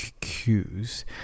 cues